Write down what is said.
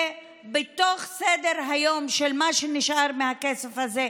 ובתוך סדר-היום של מה שנשאר מהכסף הזה,